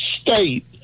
state